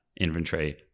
inventory